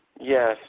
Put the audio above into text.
Yes